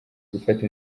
gufata